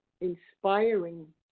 inspiring